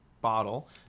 bottle